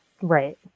right